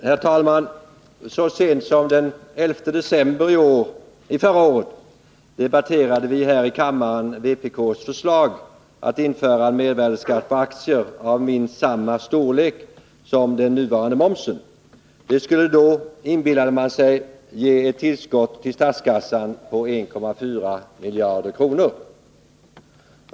Herr talman! Så sent som den 11 december förra året debatterade vi här i kammaren vpk:s förslag om att införa en mervärdeskatt på aktier av minst samma storlek som den nuvarande momsen. Det skulle då, inbillade man sig, ge ett tillskott till statskassan på 1,4 miljarder kronor.